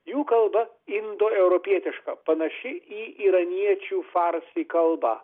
jų kalba indoeuropietiška panaši į iraniečių farsi į kalbą